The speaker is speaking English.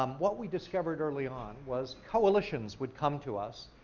um what we discovered early on was coalitions would come to us,